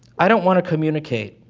i don't want to communicate.